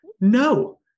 No